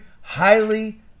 highly